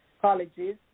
colleges